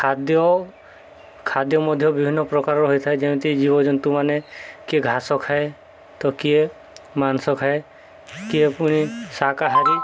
ଖାଦ୍ୟ ଖାଦ୍ୟ ମଧ୍ୟ ବିଭିନ୍ନ ପ୍ରକାରର ରହିଥାଏ ଯେମିତି ଜୀବଜନ୍ତୁମାନେ କିଏ ଘାସ ଖାଏ ତ କିଏ ମାଂସ ଖାଏ କିଏ ପୁଣି ଶାକାହାରୀ